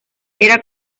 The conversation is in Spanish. era